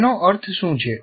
તેનો અર્થ શું છે